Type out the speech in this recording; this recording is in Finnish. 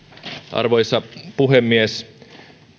arvoisa puhemies